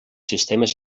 sistemes